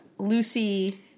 Lucy